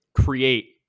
create